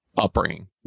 upbringing